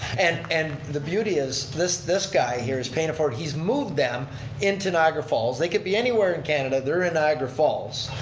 and and the beauty is this this guy here is paying it forward. he's moved them into niagara falls. they could be anywhere in canada. they're in niagara falls.